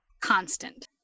Constant